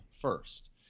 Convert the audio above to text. first